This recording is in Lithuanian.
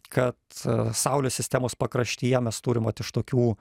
kad saulės sistemos pakraštyje mes turim vat iš tokių